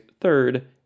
third